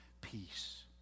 peace